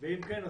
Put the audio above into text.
ואם כן,